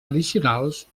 addicionals